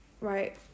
right